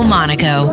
Monaco